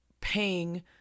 paying